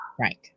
Right